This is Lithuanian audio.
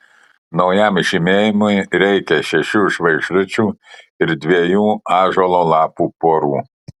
naujam žymėjimui reikia šešių žvaigždučių ir dviejų ąžuolo lapų porų